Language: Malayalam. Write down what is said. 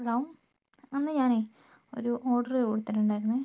ഹലോ അന്ന് ഞാനേ ഒരു ഓര്ഡര് കൊടുത്തിട്ടുണ്ടായിരുന്നേ